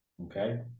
okay